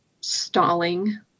stalling